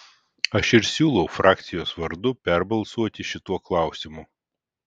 aš ir siūlau frakcijos vardu perbalsuoti šituo klausimu